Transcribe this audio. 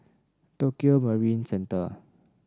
Tokio Marine Centre